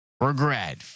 regret